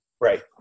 Right